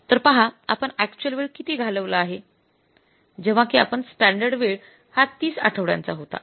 तर पहा आपण अक्चुअल वेळ किती घालवला आहे जेव्हा कि आपला सॅन्डर्ड वेळ हा ३० आठवड्यांचा होता